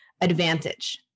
advantage